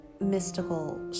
mystical